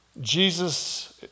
Jesus